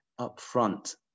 upfront